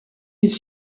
ils